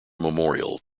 memorial